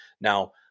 Now